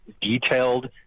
detailed